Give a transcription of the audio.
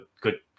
good